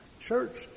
church